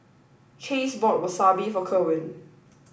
Chace bought Wasabi for Kerwin